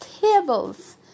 tables